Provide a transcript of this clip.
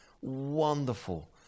Wonderful